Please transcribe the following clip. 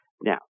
Now